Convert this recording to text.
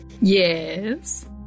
Yes